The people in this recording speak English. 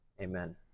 amen